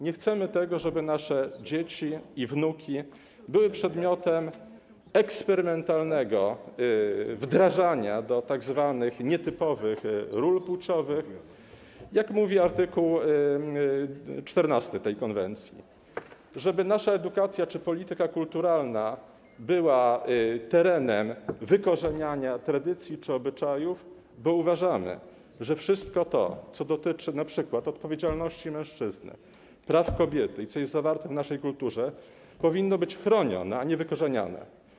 Nie chcemy, żeby nasze dzieci i wnuki były przedmiotem eksperymentalnego wdrażania do tzw. nietypowych ról płciowych, jak mówi art. 14 tej konwencji, żeby nasza edukacja czy polityka kulturalna były terenem wykorzeniania tradycji czy obyczajów, bo uważamy, że wszystko to, co dotyczy np. odpowiedzialności mężczyzny, praw kobiety i co jest zawarte w naszej kulturze, powinno być chronione, a nie wykorzeniane.